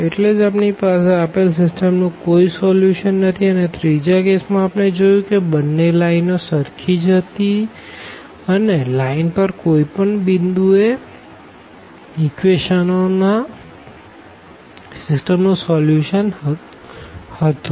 એટલે જ આપણી પાસે આપેલ સીસ્ટમ નું કોઈ સોલ્યુશન નથી અને ત્રીજા કેસ માં આપણે જોયું કે બંને લાઈનો સરખી જ હતી અને લાઈન પર કોઈ પણ પોઈન્ટ એ ઇક્વેશનો ના સીસ્ટમ નું સોલ્યુશન હતું